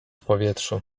powietrzu